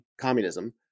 communism